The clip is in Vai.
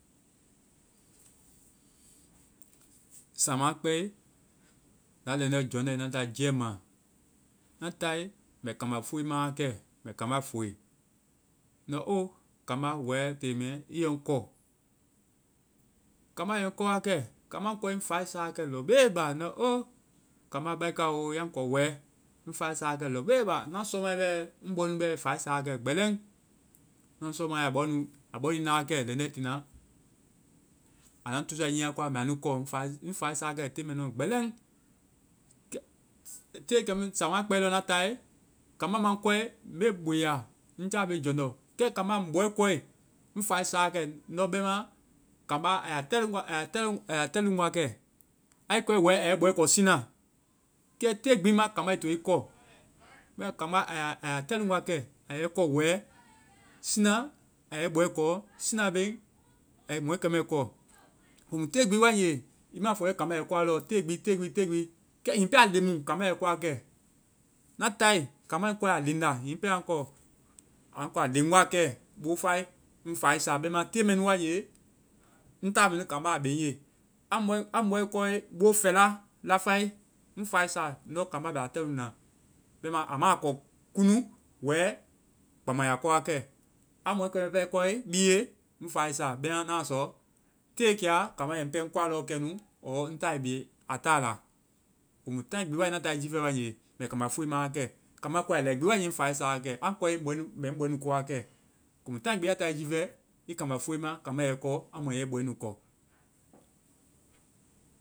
Sámaa kpɛe, na lɛŋdɛ jɔŋdɔe, na táae jiiɛma, na táae mɛ kambá fuee ma wa kɛ. Mbɛ kambá fúue, ndɔ oo kambá, wɛɛ tée mɛɛ, i yɛ ŋ kɔ. Kambá yɛ ŋ kɔ wa kɛ. Kambá a ŋ kɔe, ŋ faai sa wa kɛ lɔbele bá. Ndɔ oo, kambá baika. Ya ŋ kɔ wɛɛ. Ŋ faai sa wa kɛ lɔbele ba. Ŋna sɔmae bɛɛ, ŋ bɔɛnu bɛɛ faai sa wa kɛ gbɛlɛŋ. Ŋna sɔmai, a bɔ nu-a bɔ nui na wa kɛ lɛŋdɛ tiina. Anda ŋ tusae nyiiɛ koa, mbɛ anu kɔ. Ŋ faai sa wa kɛ tée mɛɛ nua gbɛlɛŋ. Kɛ tae kɛmɛ nu sámaa kpɛe na táae, kambá ma ŋ kɔe, mbe boya. Ŋ jaa bee jɔŋdɔ. Maa ŋ bɔɛ kɔe, ŋ faai sa wa kɛ, ndɔ bɛma, kambá ya tɛluŋ wa kɛ, ai kɔe wɛ, a yɛ i bɔɛ kɔ siina. Tée gbi maã kambái to i kɔ, bɛma, kambá, a ya tɛluŋ wa kɛ. A yɛ i kɔ wɛ, siina a yɛ i bɔɛ kɔ. Siinaɔ beŋ a yɛi bɔɛkɛmɛ kɔ. Komu tée gbi wae nge, i mãa fɔ i yɔ kambá yɛ i kɔa tée gbi, tée gbi, tée gbi. Kɛ hiŋi pɛ a lɛŋmu, kambá yɛ i kɔa kɛ. Ŋna táae, kambá yɛ ŋ kɔa a léŋ nda. Hiŋi pɛ a ŋ kɔ-a ŋ kɔ a léŋ wa kɛ. Boofae, ŋ fai sáa bɛma tée gbi ma tée mɛnu wae nge, ŋ ta bhii, kambá a be ŋje. A mɔ-a mɔɛ kɔe bo fɛla lafae, ŋ faaɛ sa. Ndɔ kambá bɛ a tɛluŋna. Bɛma a maa kɔ kunu, wɛ, kpaŋmu a ya kɔ wa kɛ. A mɔɛ kɛnu pɛ kɔe biye, ŋ faai sa. Bɛma na sɔ te kɛ a, kambá yɛ ŋ pɛɛ kɔa kɛnu. ɔɔ ŋ taɛ be a ta la. Komu táai gbi wae nge na tae jiifɛ, mbɛ kambá fúue ma wa kɛ. Kambá aŋ kɔe a lɛi gbi, ŋ fai sa wa kɛ. Aŋ kɔe, mɛ ŋ bɔɛ nu kɔ wa kɛ. Komu taai gbi ya tae jiifɛ, i kambá fuue ma kambá yɛ i kɔ amu a yɛ i bɔɛnu kɔ.